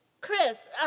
Chris